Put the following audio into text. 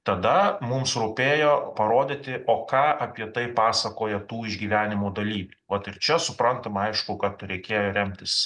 tada mums rūpėjo parodyti o ką apie tai pasakoja tų išgyvenimų dalyviai vat ir čia suprantama aišku kad reikėjo remtis